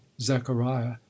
Zechariah